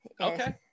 Okay